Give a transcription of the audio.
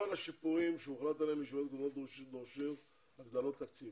כל השיפורים שהוחלט עליהם בישיבות הקודמות דורשים הגדלות תקציב.